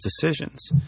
decisions